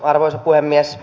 arvoisa puhemies